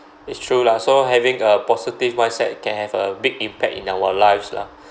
it's true lah so having a positive mindset can have a big impact in our lives lah